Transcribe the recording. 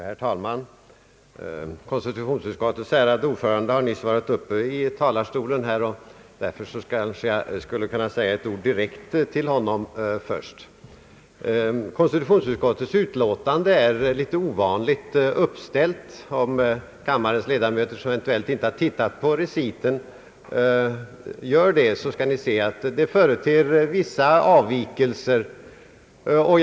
Herr talman! Konstitutionsutskottets ärade ordförande har nyss varit uppe i talarstolen, och därför skulle jag först kanske kunna säga ett par ord direkt till honom. Konstitutionsutskottets utlåtande nr 24 är litet ovanligt uppställt. Om de av kammarens ledamöter som eventuellt inte har tittat på reciten gör det skall ni finna att den företer vissa avvikelser i förhållande till andra utlåtanden.